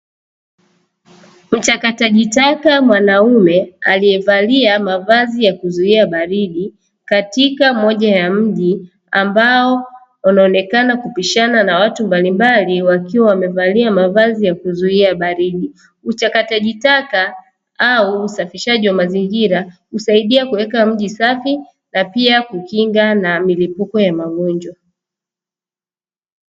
Mchakataji taka mwanaume aliyevalia mavazi ya kuzuia baridi katika moja ya mji ambao unaonekana kupishana na watu mbalimbali wakiwa wamevalia mavazi ya kuzuia baridi, mchakataji taka au msafishaji wa mazingira husaidia kuweka mji safi na pia kukinga na milipuko ya magonjwa.